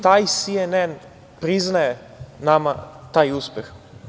Taj CNN priznaje nama taj uspeh.